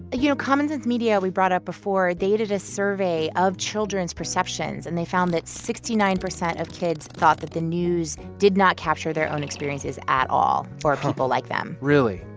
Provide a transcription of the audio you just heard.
you know, common sense media, we brought up before they did a survey of children's perceptions, and they found that sixty nine percent of kids thought that the news did not capture their own experiences at all for people like them really?